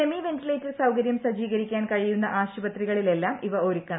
semi ventilator സൌകര്യം സജ്ജീകരിക്കാൻ കഴിയുന്ന ആശുപത്രികളിലെല്ലാം ഇവ ഒരുക്കണം